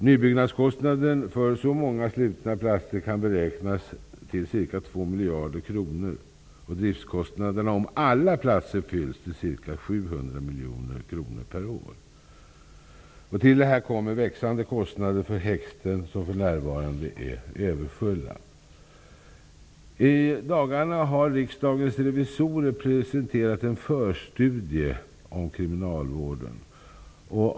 Nybyggnadskostnaden för så många slutna platser kan beräknas till ca 2 miljarder kronor och driftkostnaderna, om alla platser fylls, till ca 700 miljoner kronor per år. Till detta kommer växande kostnader för häkten, som för närvarande är överfulla. I dagarna har Riksdagens revisorer presenterat en förstudie om kriminalvården.